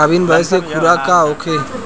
गाभिन भैंस के खुराक का होखे?